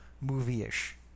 movie-ish